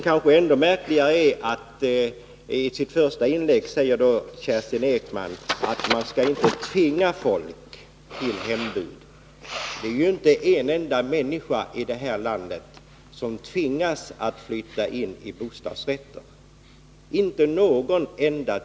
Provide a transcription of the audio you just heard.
Kanske ännu märkligare är att Kerstin Ekman i sitt första inlägg säger att man inte skall tvinga folk till hembud. Inte en enda människa i vårt land tvingas ju att flytta in i en bostadsrättslägenhet.